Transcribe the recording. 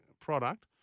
product